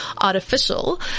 artificial